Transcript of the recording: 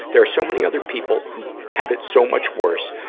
there are so many other people who have it so much worse,